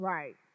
Right